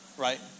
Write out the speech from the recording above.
Right